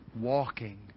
walking